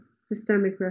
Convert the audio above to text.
systemic